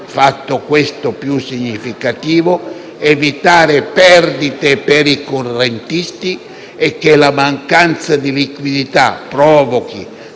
fatto questo più significativo, evitare perdite per i correntisti e che la mancanza di liquidità provochi,